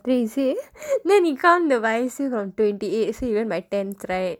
then he say then he count the வயசு:vayasu from twenty eight say you went by tenth right